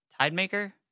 Tidemaker